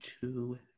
two